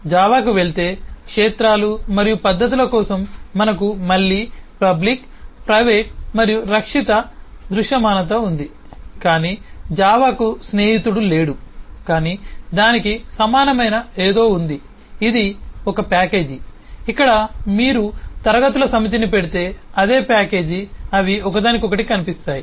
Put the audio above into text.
నేను జావాకు వెళితే క్షేత్రాలు మరియు పద్ధతుల కోసం మనకు మళ్ళీ పబ్లిక్ ప్రైవేట్ మరియు రక్షిత దృశ్యమానత ఉంది కాని జావాకు స్నేహితుడు లేడు కాని దానికి సమానమైన ఏదో ఉంది ఇది ఒక ప్యాకేజీ ఇక్కడ మీరు క్లాస్ ల సమితిని పెడితే అదే ప్యాకేజీ అవి ఒకదానికొకటి కనిపిస్తాయి